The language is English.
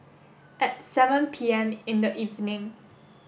at seven P M in the evening